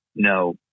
No